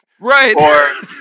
right